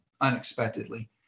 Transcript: unexpectedly